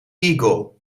eagle